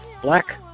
black